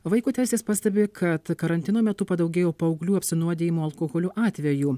vaiko teisės pastebi kad karantino metu padaugėjo paauglių apsinuodijimo alkoholiu atvejų